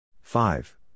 Five